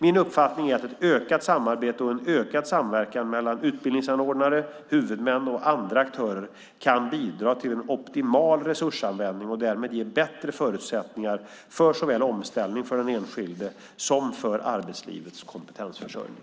Min uppfattning är att ett ökat samarbete och en ökad samverkan mellan utbildningsanordnare, huvudmän och andra aktörer kan bidra till en optimal resursanvändning och därmed ge bättre förutsättningar för såväl omställning för den enskilde som för arbetslivets kompetensförsörjning.